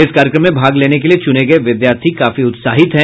इस कार्यक्रम में भाग लेने के लिए चुने गये विद्यार्थी काफी उत्साहित हैं